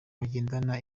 bagendaga